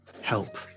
help